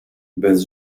bez